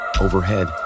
Overhead